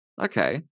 okay